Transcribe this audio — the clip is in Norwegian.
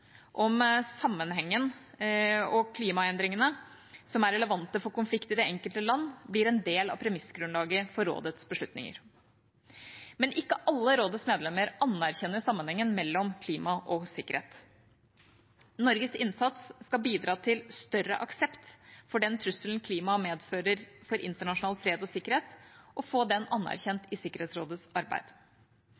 om hvordan klimaendringene er relevante for konflikt i det enkelte land, blir en del av premissgrunnlaget for rådets beslutninger. Ikke alle rådets medlemmer anerkjenner at det er en sammenheng mellom klima og sikkerhet. Norges innsats skal bidra til større aksept for den trusselen klima medfører for internasjonal fred og sikkerhet, og få den anerkjent